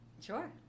Sure